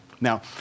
Now